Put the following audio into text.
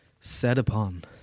set-upon